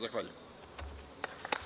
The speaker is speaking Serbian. Zahvaljujem.